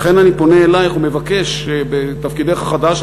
לכן אני פונה אלייך ומבקש, בתפקידך החדש.